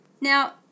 Now